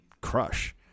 crush